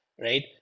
Right